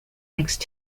next